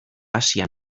asian